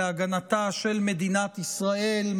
להגנתה של מדינת ישראל,